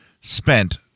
spent